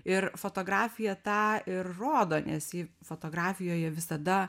ir fotografija tą ir rodo nes ji fotografijoje visada